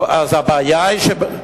של כולם.